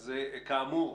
אז כאמור,